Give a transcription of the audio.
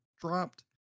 dropped